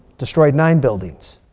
destroyed nine buildings.